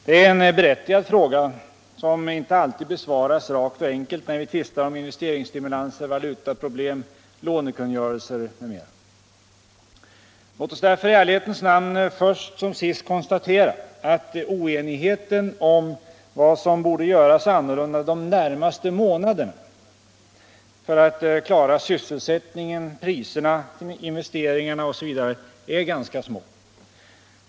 Det är en berättigad fråga som inte alltid besvaras rakt och enkelt när vi tvistar om investeringsstimulanser, valutaproblem, lånekungörelser m.m. Låt oss därför i ärlighetens namn först som sist konstatera att oenigheten om vad som borde göras annorlunda de närmaste månaderna för att klara sysselsättningen, priserna, investeringarna osv. är ganska liten.